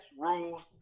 rules